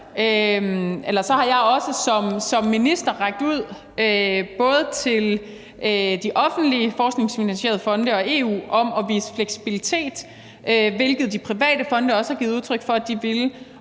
har jeg også som minister rakt ud både til de offentlige forskningsfinansierende fonde og til EU om at vise fleksibilitet, hvilket de private fonde også har givet udtryk for at de ville,